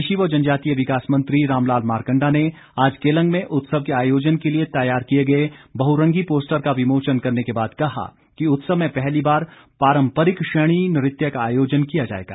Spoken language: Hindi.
कृषि व जनजातीय विकास मंत्री रामलाल मारकंडा ने आज केलंग में उत्सव के आयोजन के लिए तैयार किए गए बहुरंगी पोस्टर का विमोचन करने के बाद कहा कि उत्सव में पहली बार पारंपरिक शैणी नृत्य का आयोजन किया जाएगा